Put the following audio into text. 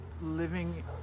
living